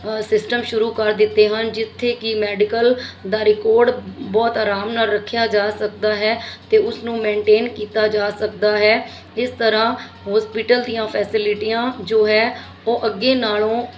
system ਸ਼ੁਰੂ ਕਰ ਦਿੱਤੇ ਹਨ ਜਿੱਥੇ ਕਿ ਮੈਡੀਕਲ ਦਾ ਰਿਕੋਡ ਬਹੁਤ ਆਰਾਮ ਨਾਲ ਰੱਖਿਆ ਜਾ ਸਕਦਾ ਹੈ ਅਤੇ ਉਸਨੂੰ ਮੈਨਟੇਨ ਕੀਤਾ ਜਾ ਸਕਦਾ ਹੈ ਇਸ ਤਰ੍ਹਾਂ ਹੋਸਪਿਟਲ ਦੀਆਂ ਫੈਸਲਿਟੀਆਂ ਜੋ ਹੈ ਉਹ ਅੱਗੇ ਨਾਲੋਂ